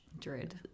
dread